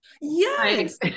yes